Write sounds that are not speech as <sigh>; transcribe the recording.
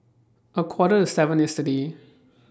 A Quarter to seven yesterday <noise>